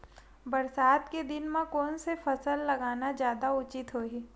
बरसात के दिन म कोन से फसल लगाना जादा उचित होही?